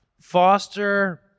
Foster